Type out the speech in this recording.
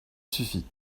suffit